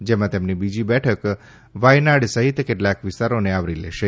જેમાં તેમની બીજી બેઠક વાયનાડ સહિત કેટલાક વિસ્તારોને આવરી લેશે